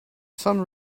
some